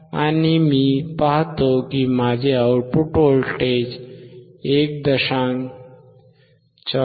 आणि मी पाहतो की माझे आउटपुट व्होल्टेज 1